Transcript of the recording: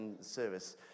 service